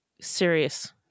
serious